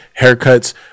haircuts